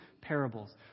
parables